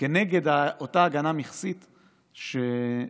כנגד אותה הגנה מכסית שירדה.